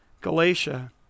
Galatia